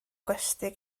gwesty